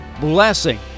blessing